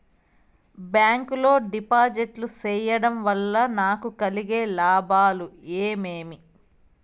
Bank లో డిపాజిట్లు సేయడం వల్ల నాకు కలిగే లాభాలు ఏమేమి?